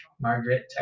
Margaret